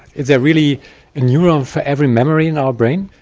is there really a neuron for every memory in our brain?